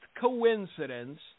coincidence